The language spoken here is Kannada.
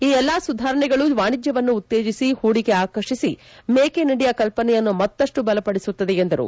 ಈ ಎಲ್ಲ ಸುಧಾರಣೆಗಳೂ ವಾಣಿಜ್ಯವನ್ನು ಉತ್ತೇಜಿಸಿ ಪೂಡಿಕೆ ಆಕರ್ಷಿಸಿ ಮೇಕ್ ಇನ್ ಇಂಡಿಯಾ ಕಲ್ಪನೆಯನ್ನು ಮತ್ತಷ್ಟು ಬಲಪಡಿಸುತ್ತದೆ ಎಂದರು